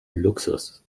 luxus